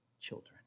Children